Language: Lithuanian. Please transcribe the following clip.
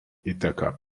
įteka